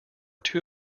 too